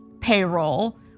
payroll